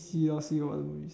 see lor see got what movies